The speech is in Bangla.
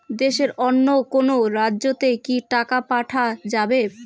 দেশের অন্য কোনো রাজ্য তে কি টাকা পাঠা যাবে?